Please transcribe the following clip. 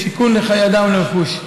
בסיכון לחיי אדם ולרכוש.